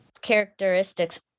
characteristics